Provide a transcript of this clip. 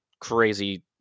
crazy